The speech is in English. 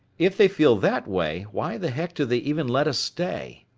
if they feel that way, why the heck do they even let us stay?